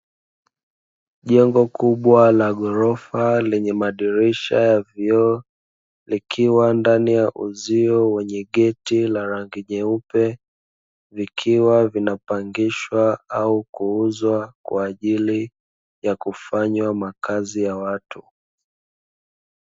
Jengo kubwa la ghorofa lenye madirisha ya vioo, likiwa ndani ya uzio wenye geti la rangi nyeupe, vikiwa vinapangishwa au kuuzwa, kwa ajili ya kufanywa makazi ya watu.